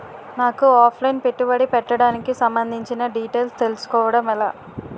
నాకు offline పెట్టుబడి పెట్టడానికి సంబందించిన డీటైల్స్ తెలుసుకోవడం ఎలా?